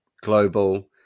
global